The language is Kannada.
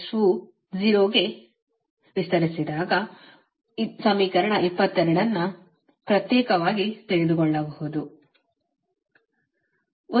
ಈಗ ಮುಂದೆ ನೀವು 20 ಸಮೀಕರಣವನ್ನು ಪ್ರತ್ಯೇಕವಾಗಿ ತೆಗೆದುಕೊಳ್ಳುತ್ತೀರಿ